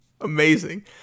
amazing